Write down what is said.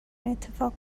اتفاق